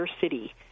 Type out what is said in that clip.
city